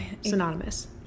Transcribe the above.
synonymous